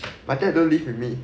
my dad don't live with me